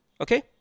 Okay